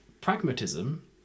Pragmatism